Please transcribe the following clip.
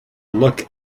look